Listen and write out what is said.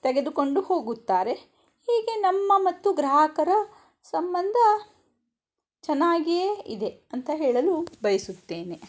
ತೆಗೆದುಕೊಂಡು ಹೋಗುತ್ತಾರೆ ಹೀಗೆ ನಮ್ಮ ಮತ್ತು ಗ್ರಾಹಕರ ಸಂಬಂಧ ಚೆನ್ನಾಗಿಯೇ ಇದೆ ಅಂತ ಹೇಳಲು ಬಯಸುತ್ತೇನೆ